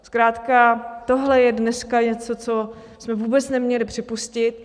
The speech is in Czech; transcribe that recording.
Zkrátka tohle je dneska něco, co jsme vůbec neměli připustit.